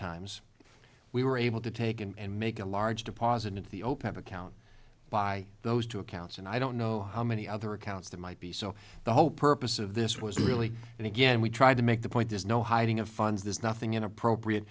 times we were able to take and make a large deposit into the open account by those two accounts and i don't know how many other accounts there might be so the whole purpose of this was really and again we tried to make the point there's no hiding of funds there's nothing inappropriate